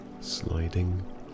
sliding